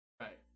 Right